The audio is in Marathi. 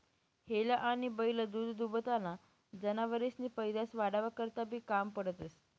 हेला आनी बैल दूधदूभताना जनावरेसनी पैदास वाढावा करता बी काम पडतंस